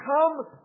come